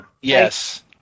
Yes